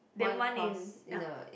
then one in ah